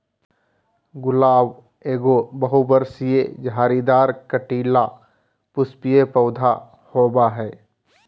गुलाब एगो बहुवर्षीय, झाड़ीदार, कंटीला, पुष्पीय पौधा होबा हइ